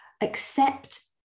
Accept